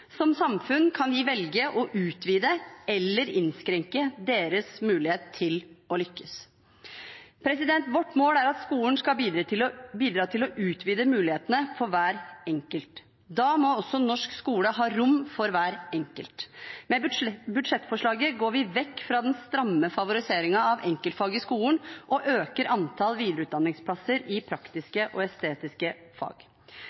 Som samfunn kan vi velge å utvide eller innskrenke deres mulighet til å lykkes. Vårt mål er at skolen skal bidra til å utvide mulighetene for hver enkelt. Da må også norsk skole ha rom for hver enkelt. Med budsjettforslaget går vi vekk fra den stramme favoriseringen av enkeltfag i skolen og øker antall videreutdanningsplasser i praktiske og estetiske fag.